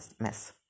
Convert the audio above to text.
mess